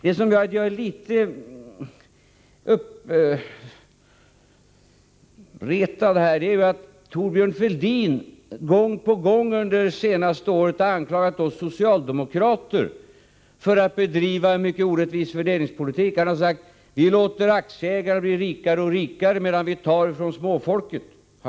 Det som gör att jag är litet uppretad är att Thorbjörn Fälldin gång på gång det senaste året anklagat oss socialdemokrater för att bedriva en mycket orättvis fördelningspolitik. Han har sagt att vi låter aktieägarna bli rikare och rikare alltmedan vi tar från småfolket.